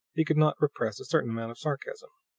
he could not repress a certain amount of sarcasm.